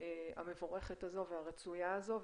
אנחנו בקרוב גם נפרסם מדריך בנושא.